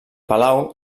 palau